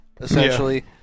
essentially